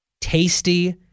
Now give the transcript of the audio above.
tasty